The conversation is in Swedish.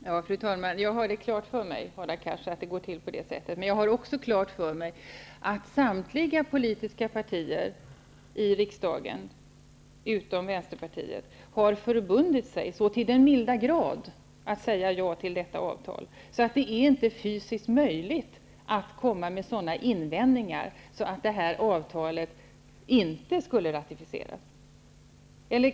Fru talman! Jag har klart för mig att det går till på det sättet. Men jag har också klart för mig att samtliga politiska partier i riksdagen, utom Vänsterpartiet, har förbundit sig så till den milda grad att säga ja till detta avtal att det inte är fysiskt möjligt att komma med invändningar om att avtalet inte skall ratificeras.